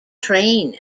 train